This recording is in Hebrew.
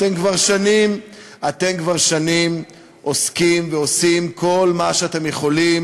אתם כבר שנים עוסקים ועושים כל מה שאתם יכולים